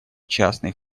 частный